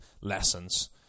Lessons